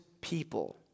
people